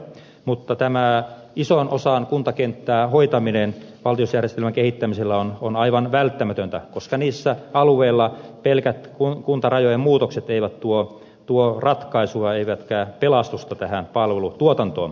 mutta ison osan kuntakenttää hoitaminen valtionosuusjärjestelmän kehittämisellä on aivan välttämätöntä koska niillä alueilla pelkät kuntarajojen muutokset eivät tuo ratkaisua eivätkä pelastusta palvelutuotantoon